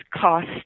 cost